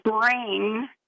brain